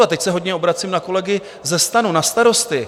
A teď se hodně obracím na kolegy ze STANu, na starosty.